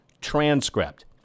transcript